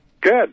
Good